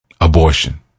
abortion